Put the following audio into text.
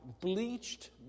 bleached